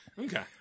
Okay